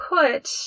put